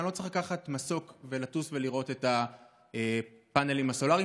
אני לא צריך לקחת מסוק ולטוס ולראות את הפאנלים הסולריים.